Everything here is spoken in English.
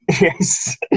Yes